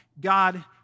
God